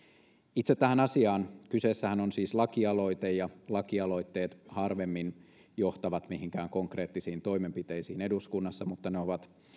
itse tähän asiaan kyseessähän on siis lakialoite ja lakialoitteet harvemmin johtavat mihinkään konkreettisiin toimenpiteisiin eduskunnassa mutta ne ovat